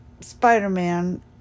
Spider-Man